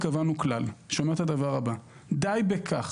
קבענו כלל שאומר את הדבר הבא: די בכך